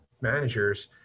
managers